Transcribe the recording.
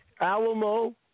Alamo